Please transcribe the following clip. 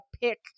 pick